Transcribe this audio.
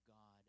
God